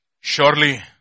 Surely